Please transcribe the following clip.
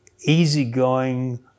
easygoing